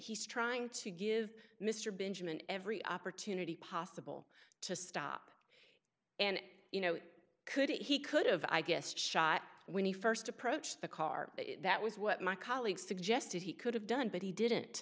he's trying to give mr benjamin every opportunity possible to stop and you know could he could have i guess shot when he first approached the car that was what my colleague suggested he could have done but he didn't